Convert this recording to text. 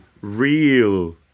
real